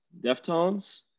Deftones